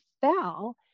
fell